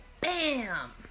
BAM